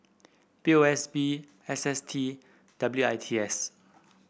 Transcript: P O S B S S T W I T S